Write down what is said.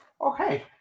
Okay